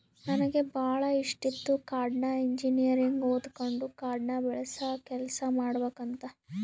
ನನಗೆ ಬಾಳ ಇಷ್ಟಿತ್ತು ಕಾಡ್ನ ಇಂಜಿನಿಯರಿಂಗ್ ಓದಕಂಡು ಕಾಡ್ನ ಬೆಳಸ ಕೆಲ್ಸ ಮಾಡಬಕಂತ